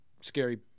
scary